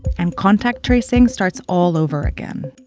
and contact tracing starts all over again.